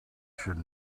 should